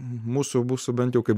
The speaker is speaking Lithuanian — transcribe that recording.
mūsų mūsų bent jau kaip